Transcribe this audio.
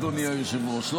אדוני היושב-ראש,